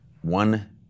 One